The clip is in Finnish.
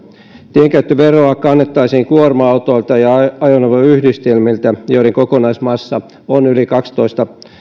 tienkäyttöveroa kannettaisiin kuorma autoilta ja ajoneuvoyhdistelmiltä joiden kokonaismassa on yli kaksitoista